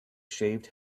shaved